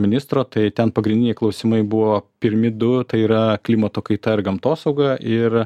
ministro tai ten pagrindiniai klausimai buvo pirmi du tai yra klimato kaita ir gamtosauga ir